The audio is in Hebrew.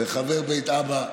וחבר בית אבא,